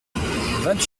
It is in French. vingt